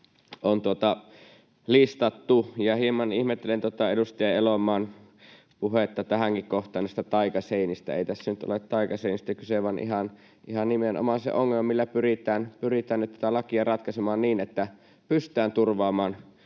on listattu. Hieman ihmettelen tätä edustaja Elomaan puhetta tähänkin kohtaan näistä taikaseinistä. Ei tässä nyt ole taikaseinistä kyse, vaan on ihan nimenomaan se ongelma, millä pyritään nyt tätä lakia ratkaisemaan niin, että pystytään turvaamaan